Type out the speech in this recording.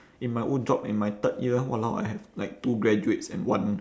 in my old job in my third year !walao! I have like two graduates and one